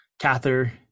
Cather